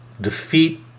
defeat